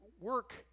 Work